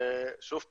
שוב פעם,